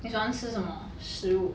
if one 是什么食物 me shi wu